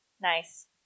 Nice